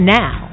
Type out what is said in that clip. now